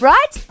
Right